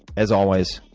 as always,